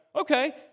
okay